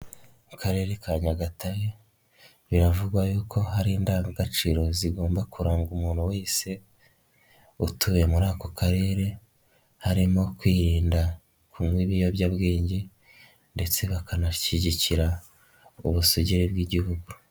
Mu karere ka Nyagatare biravugwa yuko ko hari indangagaciro zigomba kuranga umuntu wese utuye muri ako Karere, harimo kwirinda kunywa ibiyobyabwenge ndetse bakanashyigikira ubusugire bw'Igihugu.